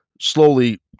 slowly